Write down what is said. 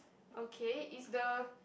okay is the